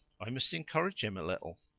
i must encourage him a little.